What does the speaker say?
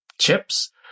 chips